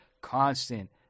constant